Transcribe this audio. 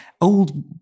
old